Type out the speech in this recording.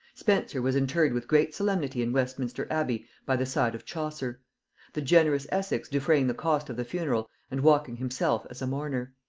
spenser was interred with great solemnity in westminster abbey by the side of chaucer the generous essex defraying the cost of the funeral and walking himself as a mourner.